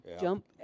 jump